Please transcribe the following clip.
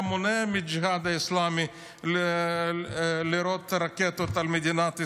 הוא היה מונע מהג'יהאד האסלאמי לירות רקטות על מדינת ישראל.